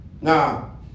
Now